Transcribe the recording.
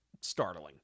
startling